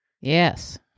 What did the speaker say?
yes